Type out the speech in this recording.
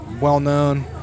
well-known